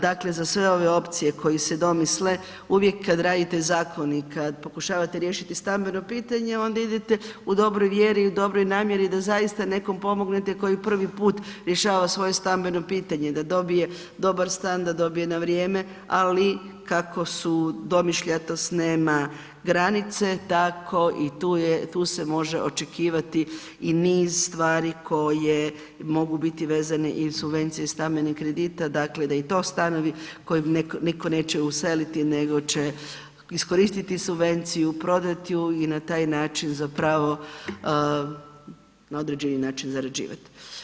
Dakle, za sve ove opcije koji se domisle uvijek kad radite zakon i kad pokušavate riješiti stambeno pitanje onda idete u dobroj vjeri i u dobroj namjeri da zaista nekom pomognete koji prvi put rješava svoje stambeno pitanje da dobije dobar stan da dobije na vrijeme, ali kako su domišljatost nema granice tako i tu je, tu se može očekivati i niz stvari koje mogu biti vezane iz subvencije stambenih kredita, dakle da i to stanovi koje nitko neće useliti nego će iskoristiti subvenciju prodati ju i na taj način zapravo na određeni način zarađivat.